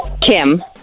Kim